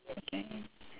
okay